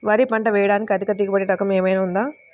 వరి పంట వేయటానికి అధిక దిగుబడి రకం ఏమయినా ఉందా?